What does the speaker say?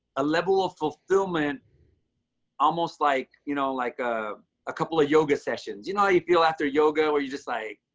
a level of fullfillment almost like you know like ah a couple of yoga sessions, you know how you feel after yoga, where you just like,